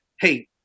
hey